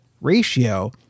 ratio